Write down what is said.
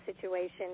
situation